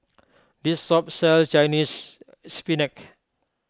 this shop sells Chinese Spinach